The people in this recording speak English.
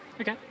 okay